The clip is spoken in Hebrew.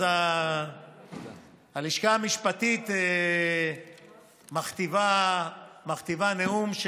הלשכה המשפטית מכתיבה נאום,